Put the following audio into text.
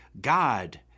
God